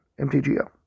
MTGO